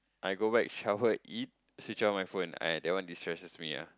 I go back shower eat switch on my phone ah that one distresses me ah